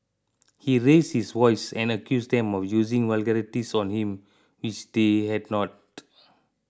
he raised his voice and accused them of using vulgarities on him which they had not